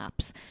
apps